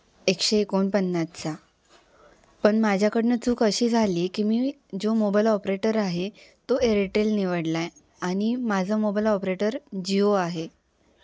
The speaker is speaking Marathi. एकशे एकोणपन्नासचा पण माझ्याकडनं चूक अशी झाली की मी जो मोबाईल ऑपरेटर आहे तो एअरटेल निवडला आहे आणि माझा मोबाईल ऑपरेटर जिओ आहे